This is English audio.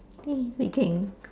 think we can